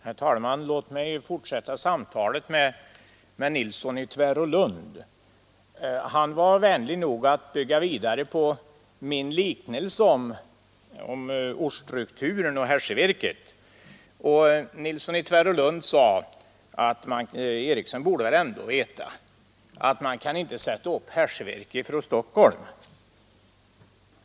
Herr talman! Låt mig fortsätta samtalet med herr Nilsson i Tvärålund. Han var vänlig nog att bygga vidare på min liknelse om ortsstrukturen och hässjevirket. Herr Nilsson i Tvärålund sade att Eriksson borde väl ändå veta att man inte kan sätta upp hässjevirke från Stockholm.